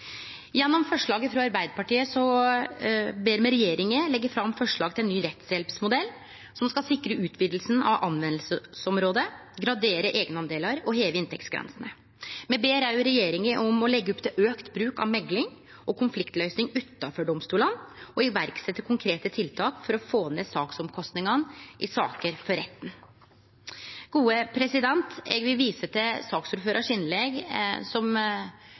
Gjennom forslaget frå Arbeidarpartiet ber me regjeringa leggje fram forslag til ny rettshjelpsmodell som skal sikre utvidinga av bruksområdet, gradere eigendelar og heve inntektsgrensene. Me ber òg regjeringa om å leggje opp til auka bruk av mekling og konfliktløysing utanfor domstolane og setje i verk konkrete tiltak for å få ned sakskostnadene i saker for retten. Eg vil vise til saksordførarens innlegg, der ho snakka om å setje ned eit rettshjelpsutval som